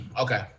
Okay